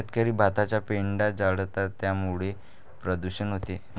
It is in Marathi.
शेतकरी भाताचा पेंढा जाळतात त्यामुळे प्रदूषण होते